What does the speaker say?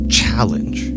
challenge